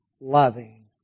loving